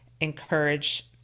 Encourage